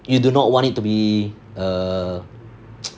you do not want it to be a